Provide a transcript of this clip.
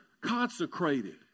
consecrated